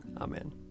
Amen